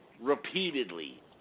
repeatedly